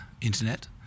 internet